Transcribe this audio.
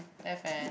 F and